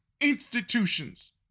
institutions